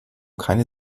keine